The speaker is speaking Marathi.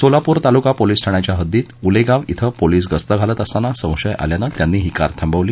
सोलापूर तालुका पोलीस ठाण्याच्या हद्दीत उलेगाव श्रे पोलीस गस्त घालत असताना संशय आल्यान त्यांनी ही कार थांबवली